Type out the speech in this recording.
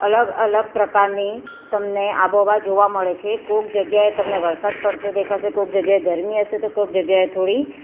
અલગ અલગ પ્રકારની તમને આબોહવા જોવા મળે છે કોઈક જગ્યાએ તમને વરસાદ પડતો દેખાશે કોઈક જગ્યાએ ગરમી હશે તો કોઈક જગ્યાએ થોડી